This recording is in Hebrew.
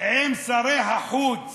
עם שרי החוץ